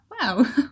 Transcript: Wow